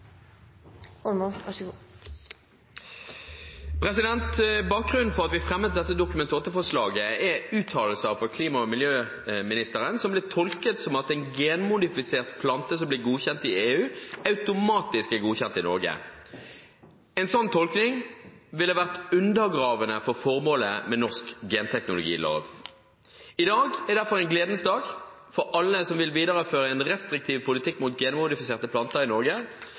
uttalelser fra klima- og miljøministeren som ble tolket som at en genmodifisert plante som blir godkjent i EU, automatisk er godkjent i Norge. En sånn tolkning ville vært undergravende for formålet med norsk genteknologilov. I dag er derfor en gledens dag for alle som vil videreføre en restriktiv politikk mot genmodifiserte planter i